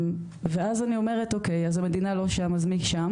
אז אני אומרת אוקיי, אז המדינה לא שם, אז מי שם?